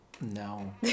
No